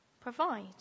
provide